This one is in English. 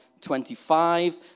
25